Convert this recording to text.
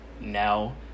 now